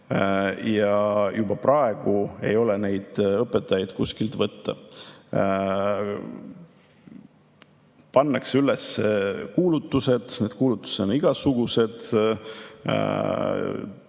juba praegu ei ole neid õpetajaid kuskilt võtta. Pannakse üles kuulutused – neid kuulutusi on igasuguseid,